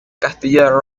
castillo